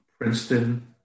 Princeton